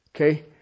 Okay